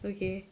okay